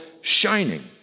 shining